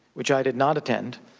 which i did not attend.